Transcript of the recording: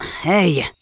Hey